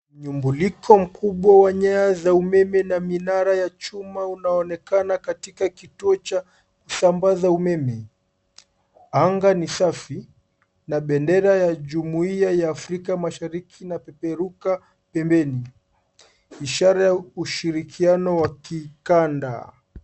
Mmumliko mkubwa wa nyaya za umeme na minara ya chuma unaonekana katika kituo cha kusambaza umeme .Anga ni safi na bendera ya jumuiya ya Afrika Mashariki inapeperuka pembeni, ishara ya ushiriakiano wa kikanda.